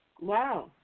Wow